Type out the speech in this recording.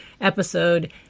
episode